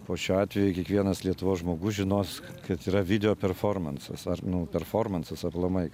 po šio atvejo kiekvienas lietuvos žmogus žinos kad yra video performansas ar nu performansas aplamai